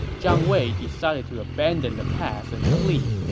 zhang wei decided to abandon the pass and flee,